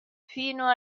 fino